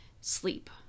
sleep